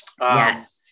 Yes